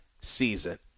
season